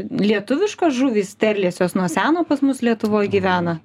lietuviškos žuvys sterlės jos nuo seno pas mus lietuvoj gyvena